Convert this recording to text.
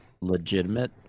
legitimate